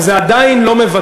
אבל זה עדיין לא מבטל,